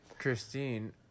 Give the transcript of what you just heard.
Christine